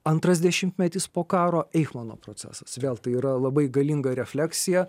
antras dešimtmetis po karo eifmano procesas vėl tai yra labai galinga refleksija